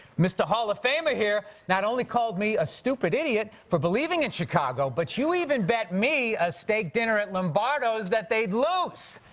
mr. hall of famer here not only called me a stupid idiot for believing in chicago, but you even bet me a steak dinner at lombardo's that they'd lose.